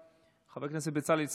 חבר הכנסת בצלאל סמוטריץ'